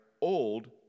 old